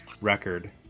record